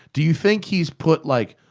do you think he's put like,